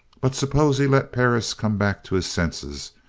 but suppose he let perris come back to his senses,